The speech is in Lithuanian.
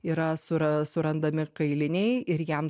yra sura surandami kailiniai ir jam